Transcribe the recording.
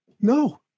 No